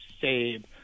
save